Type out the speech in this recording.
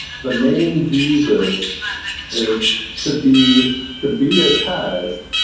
the name jesus is could be could be a test